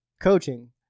coaching